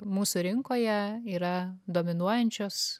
mūsų rinkoje yra dominuojančios